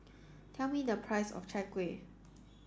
tell me the price of Chai Kuih